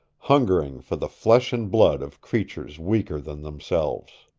hungering for the flesh and blood of creatures weaker than themselves.